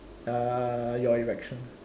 uh your erection